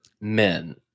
men